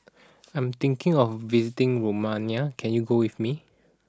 I'm thinking of visiting Romania can you go with me